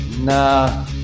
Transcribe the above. nah